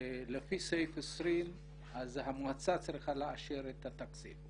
לפי סעיף 20 אז המועצה צריכה לאשר את התקציב.